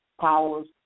powers